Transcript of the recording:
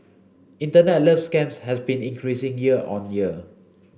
internet love scams have been increasing year on year